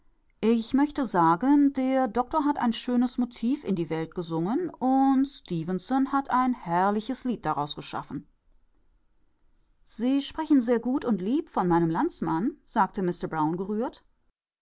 ich möchte sagen der doktor hat ein schönes motiv in die welt gesungen und stefenson hat ein herrliches lied daraus geschaffen sie sprechen sehr gut und lieb von meinem landsmann sagte mister brown gerührt